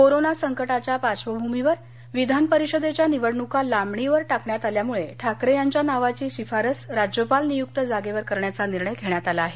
corona संकटाच्या पार्श्वभूमीवर विधानपरिषदेच्या निवडणुका लांबणीवर टाकण्यात आल्यामुळे ठाकरे यांच्या नावाची शिफारस राज्यपाल नियुक्त जागेवर करण्याचा निर्णय घेण्यात आला आहे